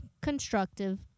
constructive